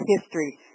history